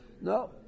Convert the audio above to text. No